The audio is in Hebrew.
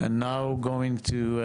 (תרגום חופשי מהשפה אנגלית): ועכשיו נעבור לדיון